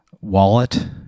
wallet